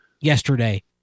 yesterday